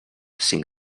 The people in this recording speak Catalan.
cinc